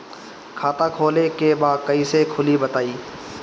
खाता खोले के बा कईसे खुली बताई?